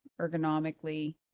ergonomically